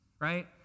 right